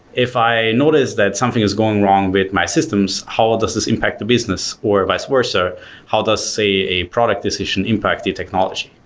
if i notice that something is going wrong with my systems, how does this impact the business or vice versa? how does say a product decision impact the technology?